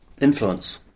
Influence